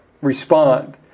respond